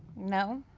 no.